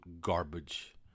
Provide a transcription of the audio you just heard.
garbage